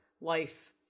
life